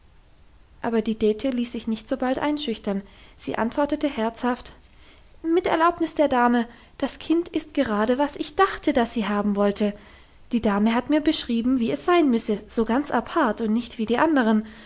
aber die dete ließ sich nicht so bald einschüchtern sie antwortete herzhaft mit erlaubnis der dame das kind ist gerade was ich dachte dass sie haben wolle die dame hat mir beschrieben wie es sein müsse so ganz apart und nicht wie die anderen